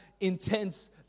intense